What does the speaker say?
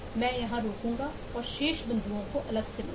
मैं यहां रुकूंगा और शेष बिंदुओं को अलग से लूंगा